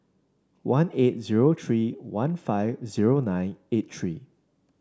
one eight zero three one five zero nine eight three